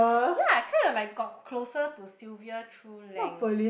ya I kind of like got closer to Sylvia through Lang